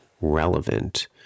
relevant